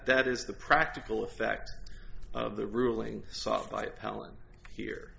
that is the practical effect of the ruling sought by power here